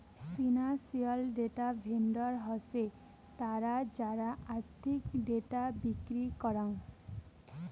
financial data vendor হসে তারা যারা আর্থিক ডেটা বিক্রি করাং